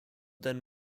then